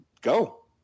Go